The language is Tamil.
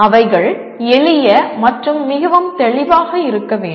அவைகள் எளிய மற்றும் மிகவும் தெளிவாக இருக்க வேண்டும்